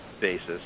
basis